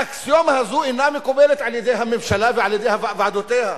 האקסיומה הזו אינה מקובלת על-ידי הממשלה ועל-ידי ועדותיה.